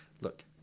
look